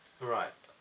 alright